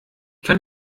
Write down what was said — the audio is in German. kann